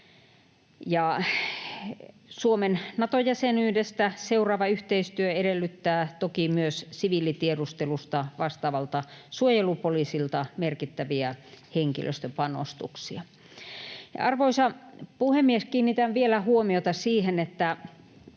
Suomen Nato-jäsenyydestä seuraava yhteistyö edellyttää toki myös siviilitiedustelusta vastaavalta suojelupoliisilta merkittäviä henkilöstöpanostuksia. Arvoisa puhemies! Kiinnitän vielä huomiota siihen, että